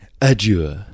adieu